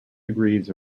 degrees